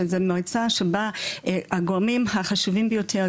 שזו מועצה שבה הגורמים החשובים ביותר,